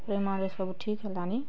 ପ୍ରେମାନେ ସବୁ ଠିକ ହେଲାନି